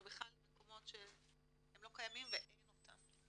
בכלל למקומות שהם לא קיימים ואין אותם.